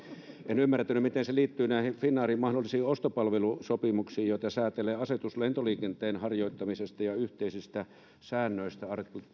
en ymmärtänyt miten ne liittyvät näihin finnairin mahdollisiin ostopalvelusopimuksiin joita säätelee asetus lentoliikenteen harjoittamisesta ja yhteisistä säännöistä